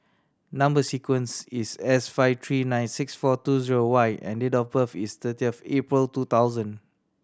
number sequence is S five three nine six four two zero Y and date of birth is thirty of April two thousand